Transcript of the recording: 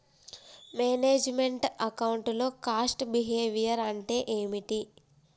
Manage meant account లో cost behaviour అంటే ఏమిటి?